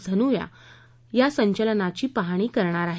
धनुआ या संचलनाची पाहणी करणार आहेत